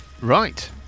Right